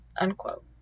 unquote